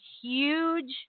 huge